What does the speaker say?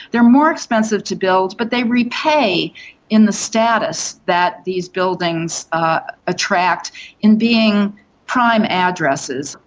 they're more expensive to build but they repay in the status that these buildings attract in being prime addresses.